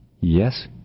Yes